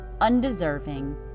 undeserving